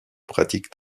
pratiquent